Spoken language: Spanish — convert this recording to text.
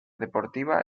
deportiva